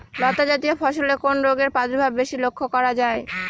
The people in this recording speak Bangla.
লতাজাতীয় ফসলে কোন রোগের প্রাদুর্ভাব বেশি লক্ষ্য করা যায়?